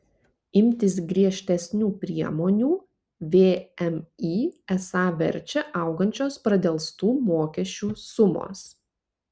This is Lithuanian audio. imtis griežtesnių priemonių vmi esą verčia augančios pradelstų mokesčių sumos